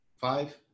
Five